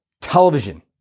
television